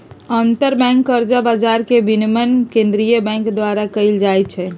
अंतरबैंक कर्जा बजार के विनियमन केंद्रीय बैंक द्वारा कएल जाइ छइ